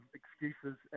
excuses